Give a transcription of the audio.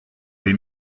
des